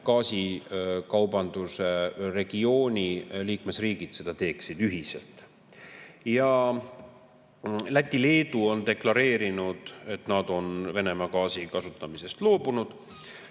gaasikaubanduse regiooni liikmesriigid teeksid seda ühiselt. Läti ja Leedu on deklareerinud, et nad on Venemaa gaasi kasutamisest loobunud.